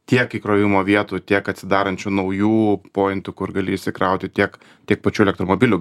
tiek įkrovimo vietų tiek atsidarančių naujų pointų kur gali įsikrauti tiek tiek pačių elektromobilių